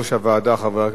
חבר הכנסת אלכס מילר,